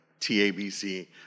TABC